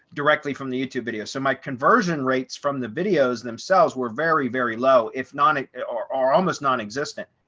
directly from the youtube video. so my conversion rates from the videos themselves were very, very low, if not, are are almost non existent.